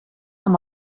amb